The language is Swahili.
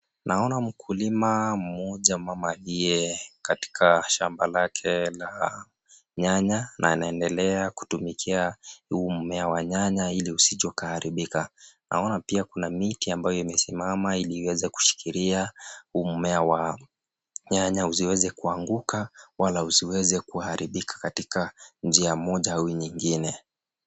Naona mkulima mmoja mama aliye katika shamba lake la nyanya na anaendelea kutumikia huu mmea wa nyanya ili usije ukaharibika naona pia kuna miti ambayo imesimama ili iweze kushikilia huu mmea wa nyanya usiweze kuanguka wala usiweze kuharibika katika njia moja au nyingine.